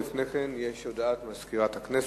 אבל לפני כן יש הודעה למזכירת הכנסת.